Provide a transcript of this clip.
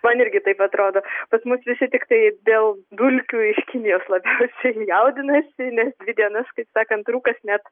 man irgi taip atrodo pas mus visi tiktai dėl dulkių iš kinijos labiausiai jaudinasi ne dvi dienas kaip sakant rūkas net